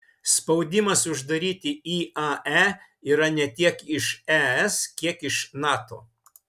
spaudimas uždaryti iae yra ne tiek iš es kiek iš nato